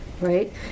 Right